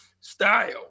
Style